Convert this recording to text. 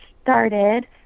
started